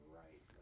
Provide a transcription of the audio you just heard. right